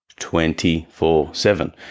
24-7